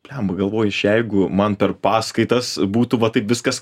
blemba galvoju aš jeigu man per paskaitas būtų va taip viskas